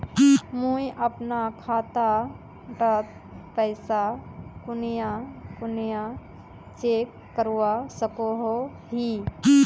मुई अपना खाता डात पैसा कुनियाँ कुनियाँ चेक करवा सकोहो ही?